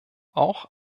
auch